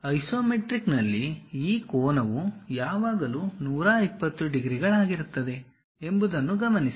ಮತ್ತು ಐಸೊಮೆಟ್ರಿಕ್ನಲ್ಲಿ ಈ ಕೋನವು ಯಾವಾಗಲೂ 120 ಡಿಗ್ರಿಗಳಾಗಿರುತ್ತದೆ ಎಂಬುದನ್ನು ಗಮನಿಸಿ